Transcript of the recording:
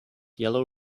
yellow